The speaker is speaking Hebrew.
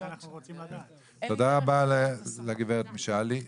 תודה רבה לגברת משעלי.